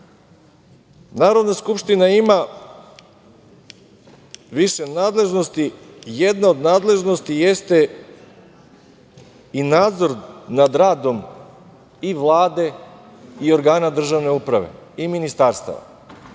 Narodna skupština ima više nadležnosti i jedna od nadležnosti jeste i nadzor nad radom i Vlade i organa državne uprave i ministarstava.